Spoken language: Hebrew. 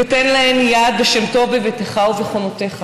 "ותן להן יד ושם טוב בביתך ובחומותיך.